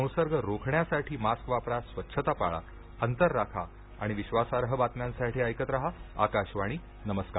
संसर्ग रोखण्यासाठी मास्क वापरा स्वच्छता पाळा अंतर राखा आणि विश्वासार्ह बातम्यांसाठी ऐकत रहा आकाशवाणी नमस्कार